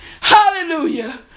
hallelujah